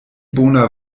bona